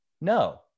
no